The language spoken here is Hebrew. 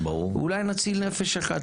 אולי נציל נפש אחת,